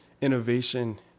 innovation